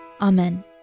Amen